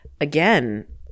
again